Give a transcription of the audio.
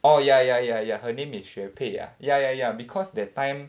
orh ya ya ya ya her name is xue pei ah ya ya ya because that time